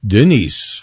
Denise